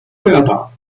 hörbar